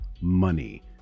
money